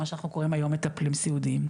מה שאנחנו קוראים היום מטפלים סיעודיים,